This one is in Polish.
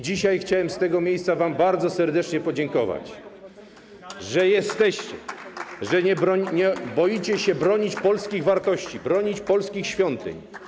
Dzisiaj chciałem z tego miejsca wam bardzo serdecznie podziękować za to, że jesteście, że nie boicie się bronić polskich wartości, bronić polskich świątyń.